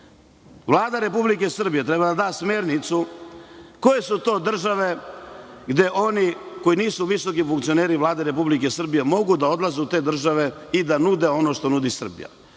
Republike Srbije treba da da smernicu koje su to države, gde oni koji nisu visoki funkcioneri Vlade Republike Srbije, mogu da odlaze u te države i da nude ono što nudi Srbija.